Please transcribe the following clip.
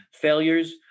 Failures